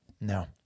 No